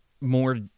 more